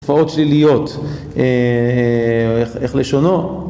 תופעות שליליות, איך לשונו?